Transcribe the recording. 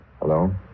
Hello